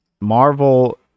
Marvel